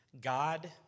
God